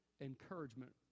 encouragement